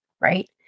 right